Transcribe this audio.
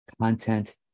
Content